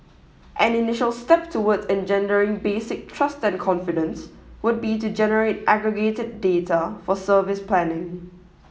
an initial step towards engendering basic trust and confidence would be to generate aggregated data for service planning